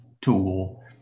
tool